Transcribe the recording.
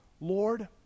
Lord